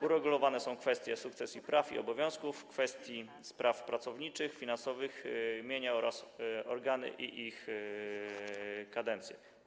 Uregulowane są kwestie sukcesji praw i obowiązków, kwestie spraw pracowniczych, finansowych, mienia oraz organy i ich kadencje.